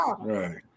right